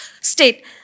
state